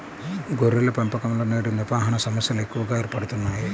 గొర్రెల పెంపకంలో నేడు నిర్వహణ సమస్యలు ఎక్కువగా ఏర్పడుతున్నాయి